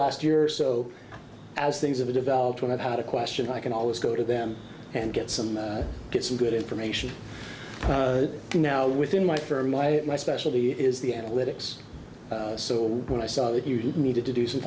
last year or so as things have developed when i've had a question i can always go to them and get some get some good information can now within my firm my specialty is the analytics so when i saw that you needed to do some